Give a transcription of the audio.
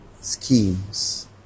schemes